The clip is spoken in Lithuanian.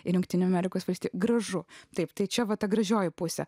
ir jungtinių amerikos valstijų gražu taip tai čia va ta gražioji pusė